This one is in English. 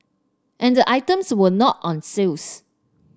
and the items were not on sales